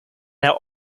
now